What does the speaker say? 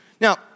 Now